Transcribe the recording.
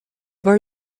were